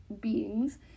beings